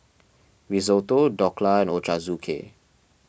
Risotto Dhokla and Ochazuke